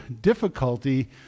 difficulty